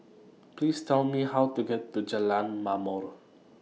Please Tell Me How to get to Jalan Ma'mor